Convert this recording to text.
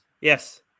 yes